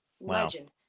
legend